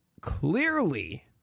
clearly